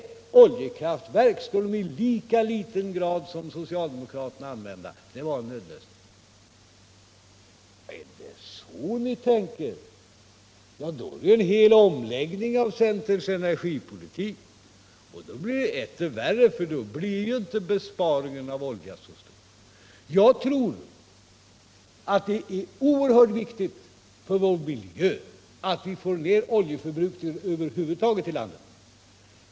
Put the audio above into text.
Nej, oljekraftverk skulle ni i lika liten grad som socialdemokraterna använda. Det var en nödlösning. Är det så ni tänker, innebär det en hel omläggning av centerns energipolitik. Men då blir det etter värre, eftersom besparingen av olja inte blir så stor. Jag tror att det är oerhört viktigt för vår miljö att vi får ned oljeförbrukningen över huvud taget i landet.